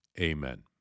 Amen